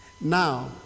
now